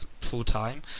full-time